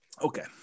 okay